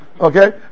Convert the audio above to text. okay